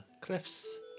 cliffs